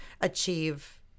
achieve